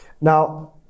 Now